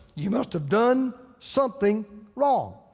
you must have done something wrong.